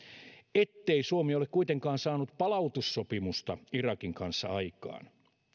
ettei suomi ole kuitenkaan saanut palautussopimusta irakin kanssa aikaan